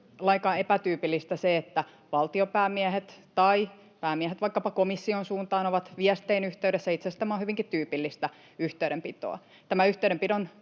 lainkaan epätyypillistä, että valtionpäämiehet tai päämiehet vaikkapa komission suuntaan ovat viestein yhteydessä. Itse asiassa tämä on hyvinkin tyypillistä yhteydenpitoa.